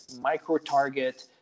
micro-target